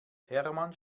hermann